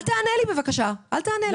אל תענה לי בבקשה, אל תענה לי.